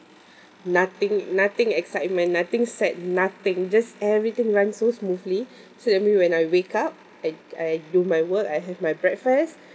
nothing nothing excitement nothing set nothing just everything run so smoothly so that means when I wake up I I do my work I have my breakfast